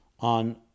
On